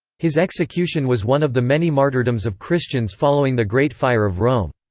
his execution was one of the many martyrdoms of christians following the great fire of rome.